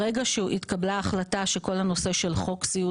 ברגע שהתקבלה החלטה שכל הנושא של חוק סיעוד